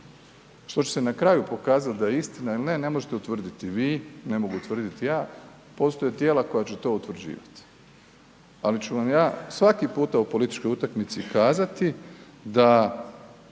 Što će se na kraju pokazati da je istina ili ne, ne možete utvrditi vi, ne mogu utvrdit ja, postoje tijela koja će to utvrđivat, ali ću vam ja svaki puta u političkoj utakmici kazati da